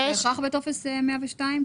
6, זה בהכרח בטופס 102?